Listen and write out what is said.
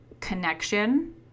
connection